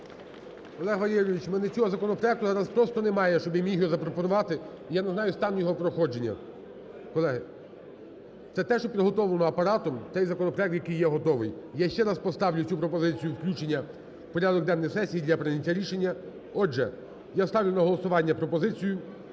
Олег Валерійович, в мене цього законопроекту зараз просто немає, щоб я міг його запропонувати, я не знаю стан його проходження, колеги. Це те, що підготовлено Апаратом, той законопроект, який є готовий. Я ще раз поставлю цю пропозицію включення в порядок денний сесії для прийняття рішення. Отже, я ставлю на голосування пропозицію